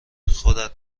خودت